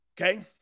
Okay